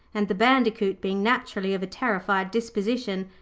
and the bandicoot, being naturally of a terrified disposition,